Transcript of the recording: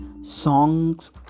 songs